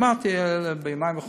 שמעתי ביומיים האחרונים.